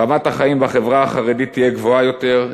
רמת החיים בחברה החרדית תהיה גבוהה יותר,